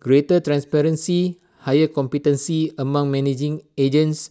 greater transparency higher competency among managing agents